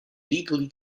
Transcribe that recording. legally